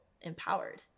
empowered